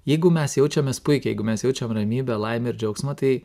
jeigu mes jaučiamės puikiai jeigu mes jaučiam ramybę laimę ir džiaugsmą tai